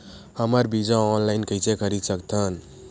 हमन बीजा ऑनलाइन कइसे खरीद सकथन?